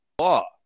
law